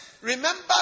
Remember